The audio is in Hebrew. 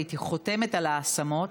הייתי חותמת על ההשמות,